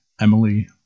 Emily